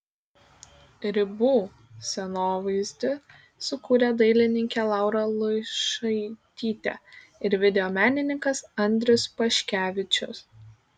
ribų scenovaizdį sukūrė dailininkė laura luišaitytė ir video menininkas andrius paškevičius